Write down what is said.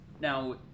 now